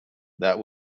that